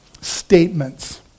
statements